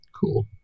Cool